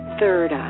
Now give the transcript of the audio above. third